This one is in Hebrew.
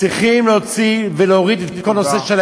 צריכים להוציא ולהוריד את כל הנושא, תודה.